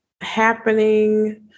happening